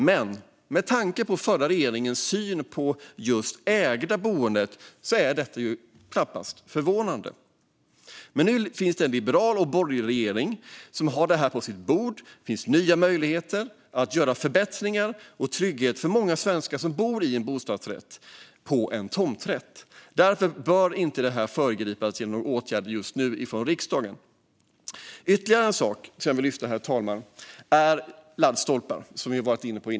Men med tanke på förra regeringens syn på det ägda boendet är det knappast förvånande. Nu finns det en liberal och borgerlig regering som har detta på sitt bord. Det finns nya möjligheter att göra förbättringar och ge trygghet för många svenskar som bor i en bostadsrätt på en tomträtt. Därför bör detta inte föregripas genom någon åtgärd just nu från riksdagen. Ytterligare en sak som jag vill lyfta, herr talman, är laddstolpar, som vi har varit inne på.